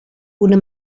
una